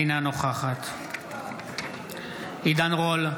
אינה נוכחת עידן רול,